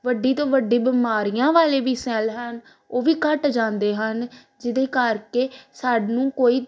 ਵੱਡੀ ਤੋਂ ਵੱਡੀ ਬਿਮਾਰੀਆਂ ਵਾਲੇ ਵੀ ਸੈੱਲ ਹਨ ਉਹ ਵੀ ਘੱਟ ਜਾਂਦੇ ਹਨ ਜਿਹਦੇ ਕਰਕੇ ਸਾਨੂੰ ਕੋਈ